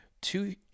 Two